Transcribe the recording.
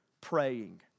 praying